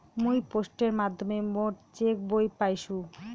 মুই পোস্টের মাধ্যমে মোর চেক বই পাইসু